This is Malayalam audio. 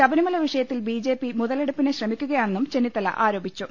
ശബരിമല് പ്രശ്നത്തിൽ ബി ജെ പി മുതലെടുപ്പിന് ശ്രമിക്കുകയാണെന്നും ചെന്നിത്തല ആരോ പിച്ചു